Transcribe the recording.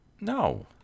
No